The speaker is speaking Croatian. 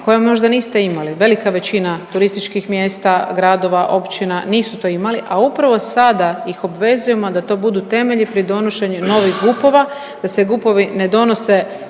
koje možda niste imali. Velika većina turističkih mjesta, gradova, općina nisu to imali, a upravo sada ih obvezujemo da to budu temelji pri donošenju novih GUP-ova. Da se GUP-ovi ne donose